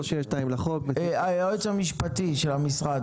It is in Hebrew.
היועץ המשפטי של המשרד,